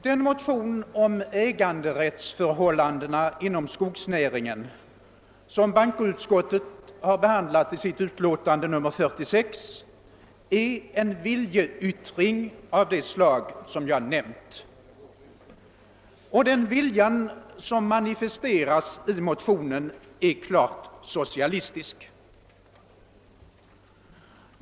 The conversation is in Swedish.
Den motion om ägandeförhållandena inom skogsnäringen, som bankoutskottet behandlat i sitt utlåtande nr 46, är en viljeyttring av det slag jag nämnt. Och den vilja, som manifesteras i mo tionen, är klart socialistisk.